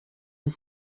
des